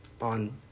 on